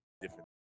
different